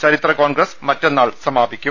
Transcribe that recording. ചരിത്ര കോൺഗ്രസ് മറ്റ ന്നാൾ സമാപിക്കും